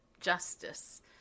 justice